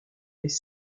les